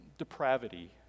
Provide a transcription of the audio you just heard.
depravity